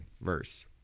verse